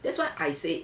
that's what I said